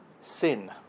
sin